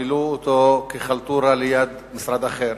מילאו אותו כחלטורה ליד משרד אחר.